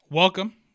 Welcome